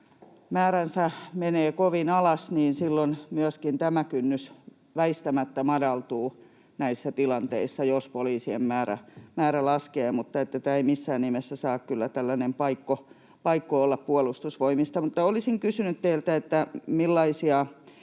määränsä menee kovin alas, niin silloin myöskin tämä kynnys väistämättä madaltuu näissä tilanteissa, jos poliisien määrä laskee, ja tämä ei missään nimessä saa kyllä olla tällainen paikko Puolustusvoimista. Mutta olisin kysynyt teiltä: millaisia